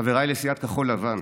חבריי לסיעת כחול לבן,